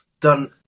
done